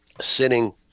sitting